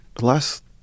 last